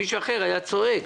מישהו אחר היה צועק.